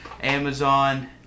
Amazon